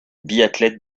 biathlète